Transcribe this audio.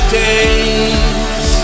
days